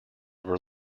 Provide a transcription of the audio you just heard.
were